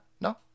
No